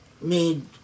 made